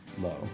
low